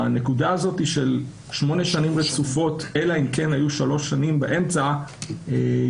הנקודה של 8 שנים רצופות אלא אם כן היו 3 שנים באמצע יוצרת